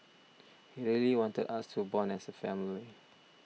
he really wanted us to bond as a family